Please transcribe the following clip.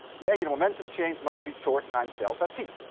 the angular momentum change must be torque times delta t.